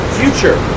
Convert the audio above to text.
future